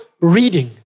reading